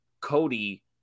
Cody